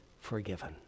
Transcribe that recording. forgiven